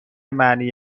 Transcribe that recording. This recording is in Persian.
معنی